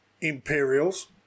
Imperials